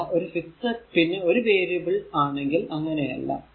അതല്ല ഒരു ഫിക്സഡ് പിന്നെ ഒരു വേരിയബിൾ ആണെങ്കിൽ അങ്ങനെയല്ല